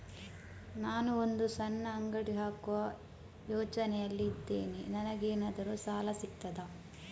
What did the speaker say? ನಾನು ಒಂದು ಸಣ್ಣ ಅಂಗಡಿ ಹಾಕುವ ಯೋಚನೆಯಲ್ಲಿ ಇದ್ದೇನೆ, ನನಗೇನಾದರೂ ಸಾಲ ಸಿಗ್ತದಾ?